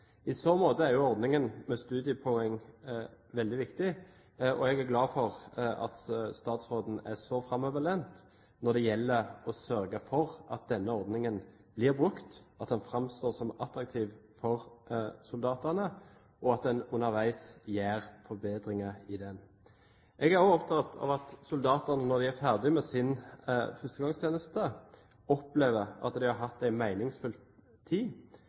I så måte er jo ordningen med studiepoeng veldig viktig, og jeg er glad for at statsråden er så framoverlent når det gjelder å sørge for at denne ordningen blir brukt, at den framstår som attraktiv for soldatene, og at en underveis gjør forbedringer i den. Jeg er også opptatt av at soldatene når de er ferdig med sin førstegangstjeneste, opplever at de har hatt en meningsfylt tid,